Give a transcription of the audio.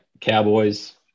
Cowboys